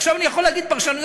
עכשיו אני יכול להגיד פרשנויות,